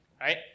right